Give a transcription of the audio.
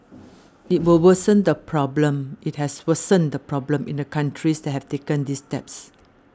it will worsen the problem it has worsened the problem in the countries that have taken these steps